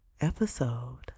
episode